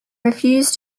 refuse